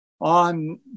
on